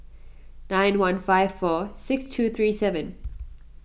nine one five four six two three seven